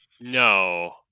No